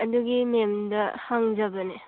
ꯑꯗꯨꯒꯤ ꯃꯦꯝꯗ ꯍꯪꯖꯕꯅꯦ